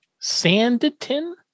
Sanditon